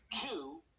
two